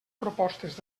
propostes